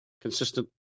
consistent